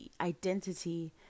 identity